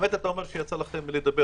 אתה אומר שיצא לך לדבר,